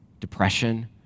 depression